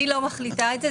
אני לא מחליטה על זה,